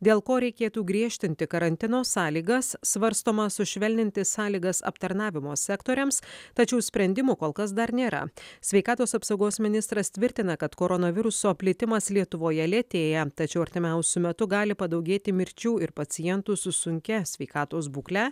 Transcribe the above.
dėl ko reikėtų griežtinti karantino sąlygas svarstoma sušvelninti sąlygas aptarnavimo sektoriams tačiau sprendimų kol kas dar nėra sveikatos apsaugos ministras tvirtina kad koronaviruso plitimas lietuvoje lėtėja tačiau artimiausiu metu gali padaugėti mirčių ir pacientų su sunkia sveikatos būkle